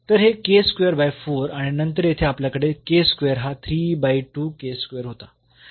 तर हे आणि नंतर येथे आपल्याकडे हा होता